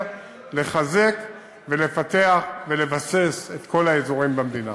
לחזק ולפתח ולבסס את כל האזורים במדינה.